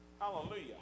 Hallelujah